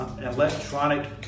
electronic